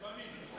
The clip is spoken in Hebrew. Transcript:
לפעמים.